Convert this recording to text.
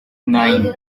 nine